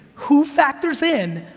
who factors in,